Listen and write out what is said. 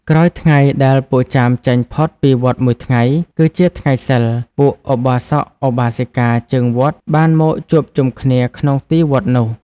ក្រោយថ្ងៃដែលពួកចាមចេញផុតពីវត្តមួយថ្ងៃ គឺជាថ្ងៃសីល ពួកឧបាសកឧបាសិកាជើងវត្តបានមកជួបជុំគ្នាក្នុងទីវត្តនោះ។